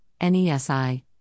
NESI